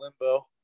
limbo